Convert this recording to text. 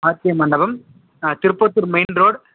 RK Mandapam Tiruppattur main road